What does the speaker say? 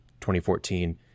2014